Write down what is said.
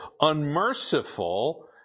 unmerciful